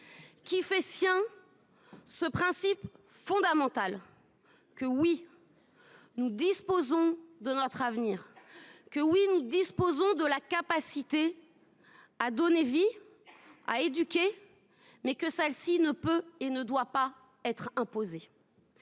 qui fait sien ce principe fondamental : oui, nous disposons de notre avenir ; oui, nous disposons de la capacité à donner vie, à éduquer, mais celle ci ne peut et ne doit pas être imposée.